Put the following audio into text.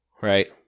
Right